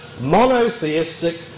monotheistic